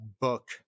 book